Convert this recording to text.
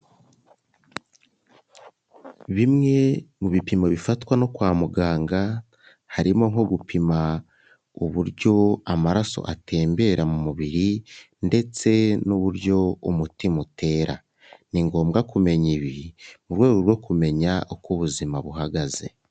Bimwe mu bipimo bifatwa no kwa muganga harimo nko gupima uburyo amaraso atembera mu mubiri, ndetse n'uburyo umutima utera, ni ngombwa kumenya ibi mu rwego rwo kumenya uko ubuzima buhagaze.